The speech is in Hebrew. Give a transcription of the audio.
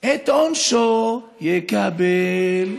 את עונשו יקבל.